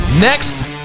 next